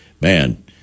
man